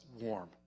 warm